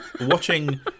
watching